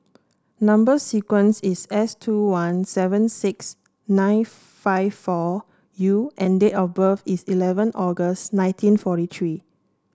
number sequence is S two one seven six nine five four U and date of birth is eleven August nineteen forty three